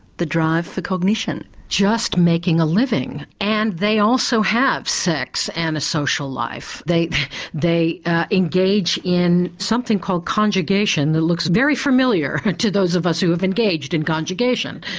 the drive for cognition? just making a living and they also have sex and a social life they they engage in something called conjugation that looks very familiar to those of us who have engaged in conjugation.